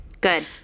Good